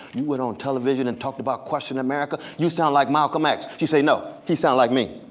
you went on television and talked about questioning america? you sound like malcolm x. she says, no. he sound like me.